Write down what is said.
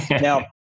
Now